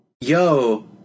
yo